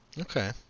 Okay